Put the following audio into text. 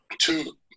two